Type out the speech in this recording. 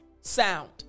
sound